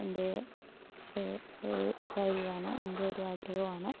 എൻ്റെ കാര്യമാണ് എൻ്റെയൊരു ആഗ്രഹമാണ്